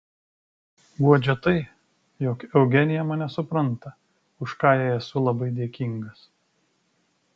guodžia tai jog eugenija mane supranta už ką jai esu labai dėkingas